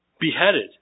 beheaded